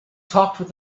talked